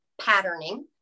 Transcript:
patterning